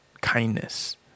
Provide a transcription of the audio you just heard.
kindness